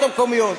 המקומיות.